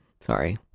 Sorry